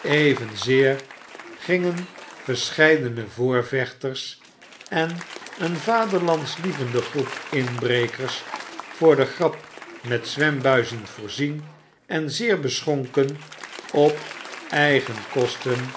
evenzeer gingen verscheidene voorvechters en een vaderlandslievende groep inbrekers voor de grap met zwembuizen voorzien en zeer beschonken op eigen kosten